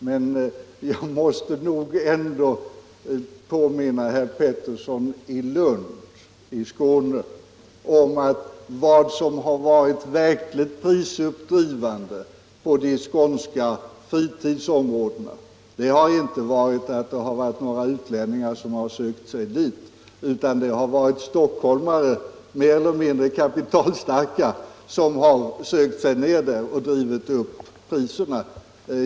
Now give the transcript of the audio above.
Men jag måste nog ändå påminna herr Pettersson i Lund, i Skåne, om att vad som varit verkligt prisuppdrivande på de skånska fritidsområdena har inte varit att utlänningar sökt sig dit, utan det har varit stockholmare — mer eller mindre kapitalstarka — som har sökt sig dit och drivit upp priserna.